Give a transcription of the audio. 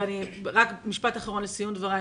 ורק משפט אחרון לסיום דבריי.